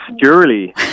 surely